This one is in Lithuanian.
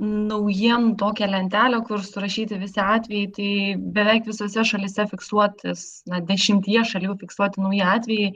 naujiem tokią lentelę kur surašyti visi atvejai tai beveik visose šalyse fiksuotis na dešimtyje šalių fiksuoti nauji atvejai